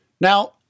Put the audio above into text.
Now